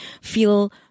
feel